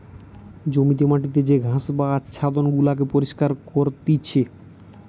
জমিতে মাটিতে যে ঘাস বা আচ্ছাদন গুলাকে পরিষ্কার করতিছে